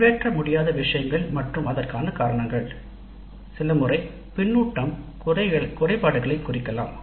உரையாற்ற முடியாத விஷயங்கள் மற்றும் அதற்கான காரணங்கள் சில முறை பின்னூட்டம் குறைபாடுகளை குறிக்கலாம்